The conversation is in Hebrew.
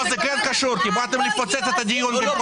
זה קשור כי באתם לפוצץ את הדיון.